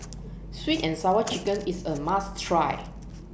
Sweet and Sour Chicken IS A must Try